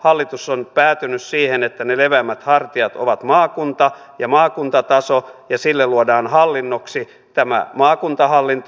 hallitus on päätynyt siihen että ne leveämmät hartiat ovat maakunta ja maakuntataso ja sille luodaan hallinnoksi maakuntahallinto